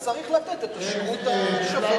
אז צריך לתת את השירות השווה.